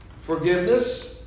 forgiveness